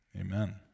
amen